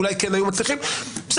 אולי כן היו מצליחים להדביק את הפער.